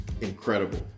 incredible